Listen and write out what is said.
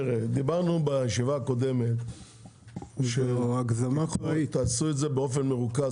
דיברנו בישיבה הקודמת שתעשו את זה באופן מרוכז,